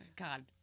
God